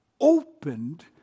opened